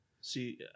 See